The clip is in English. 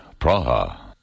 Praha